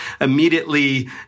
immediately